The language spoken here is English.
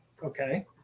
Okay